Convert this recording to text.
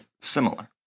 similar